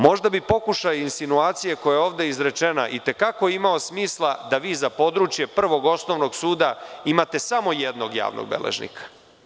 Možda bi pokušaji insinuacije koja je ovde izrečena i te kako imala smisla da vi za područje Prvog osnovnog suda imate samo jednog javnog beležnika.